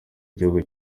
igihugu